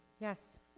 Yes